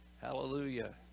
Hallelujah